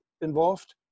involved